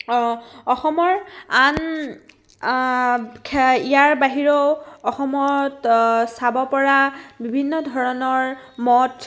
অসমৰ আন ইয়াৰ বাহিৰেও অসমত চাব পৰা বিভিন্ন ধৰণৰ মঠ